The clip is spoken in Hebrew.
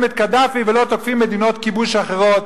את קדאפי ולא תוקפים מדינות כיבוש אחרות,